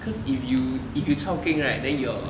cause if you if you chao keng right then your